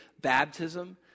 baptism